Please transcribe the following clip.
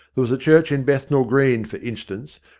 there was a church in bethnal green, for instance,